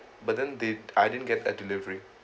but then they I didn't get a delivery